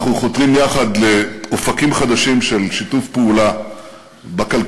אנחנו חותרים יחד לאופקים חדשים של שיתוף פעולה בכלכלה,